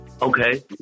Okay